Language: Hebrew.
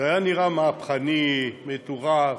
זה נראה מהפכני, מטורף.